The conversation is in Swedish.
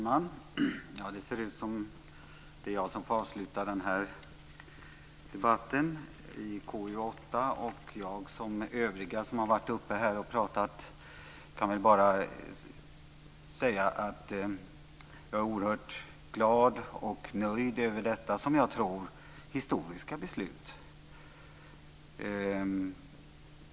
Fru talman! Det ser ut som om det är jag som får avsluta denna debatt om KU8. Jag som övriga som har varit uppe i talarstolen och pratat kan säga att jag är oerhört glad och nöjd med detta som jag tror historiska beslut.